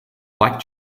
black